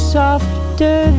softer